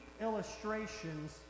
illustrations